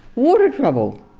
water trouble.